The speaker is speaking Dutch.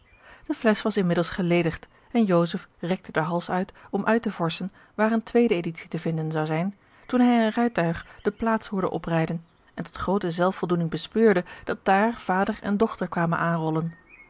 de flesch was inmiddels geledigd en joseph rekte den hals uit om uit te vorschen waar eene tweede editie te vinden zou zijn toen hij een rijtuig de plaats hoorde oprijden en tot groote zelfvoldoening bespeurde dat daar vader en dochter kwamen aanrollen